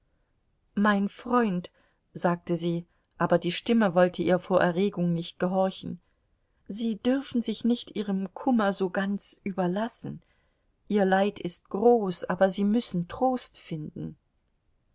mein freund sagte sie aber die stimme wollte ihr vor erregung nicht gehorchen sie dürfen sich nicht ihrem kummer so ganz überlassen ihr leid ist groß aber sie müssen trost finden